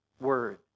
word